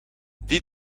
die